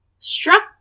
Struck